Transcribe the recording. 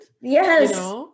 Yes